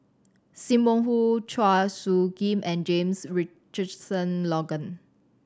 Sim Wong Hoo Chua Soo Khim and James Richardson Logan